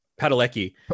Padalecki